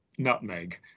nutmeg